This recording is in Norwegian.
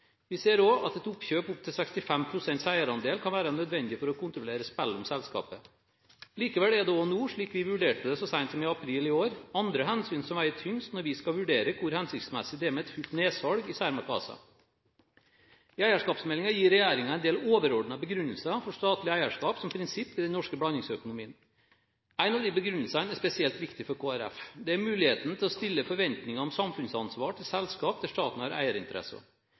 Vi ser også at et oppkjøp opp til 65 pst. eierandel kan være nødvendig for å kontrollere spillet om selskapet. Likevel er det også nå, slik vi vurderte det så sent som i april i år, andre hensyn som veier tyngst når vi skal vurdere hvor hensiktsmessig det er med et fullt nedsalg i Cermaq ASA. I eierskapsmeldingen gir regjeringen en del overordnede begrunnelser for statlig eierskap som prinsipp i den norske blandingsøkonomien. En av disse begrunnelsene er spesielt viktig for Kristelig Folkeparti: Det er muligheten til å stille forventninger om samfunnsansvar til selskaper der staten har eierinteresser.